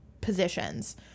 positions